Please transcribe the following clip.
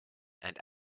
and